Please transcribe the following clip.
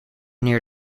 near